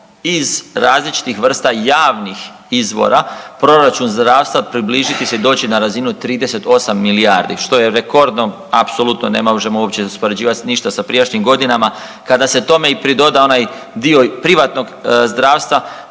iz različitih vrsta javnih izvora Proračun zdravstva približiti se i doći na razinu 38 milijardi što je rekordno apsolutno ne možemo uopće uspoređivat ništa sa prijašnjim godinama kada se tome i pridoda onaj dio privatnog zdravstva